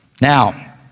Now